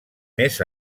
més